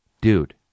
Dude